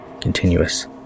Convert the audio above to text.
continuous